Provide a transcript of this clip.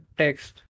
text